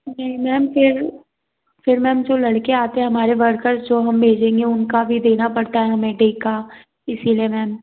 नहीं मैम फिर फिर मैम जो लड़के आते हैं हमारे वर्कर्स जो हम भेजेंगे उनका भी देना पड़ता है हमें डे का इसी लिए मैम